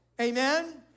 Amen